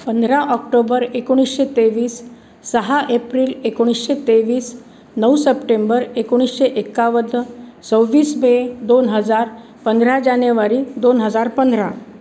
पंधरा ऑक्टोबर एकोणीशे तेवीस सहा एप्रिल एकोणीशे तेवीस नऊ सप्टेंबर एकोणीशे एक्कावन्न सव्वीस मे दोन हजार पंधरा जानेवारी दोन हजार पंधरा